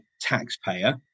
taxpayer